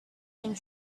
and